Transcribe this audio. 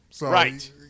Right